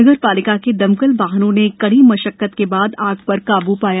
नगर पालिका के दमकल वाहनों ने कड़ी मशक्कत के बाद आग पर काबू पाया